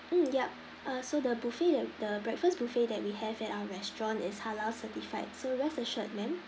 mm yup uh so the buffet at the breakfast buffet that we have at our restaurant is halal certified so rest assured ma'am